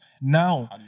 now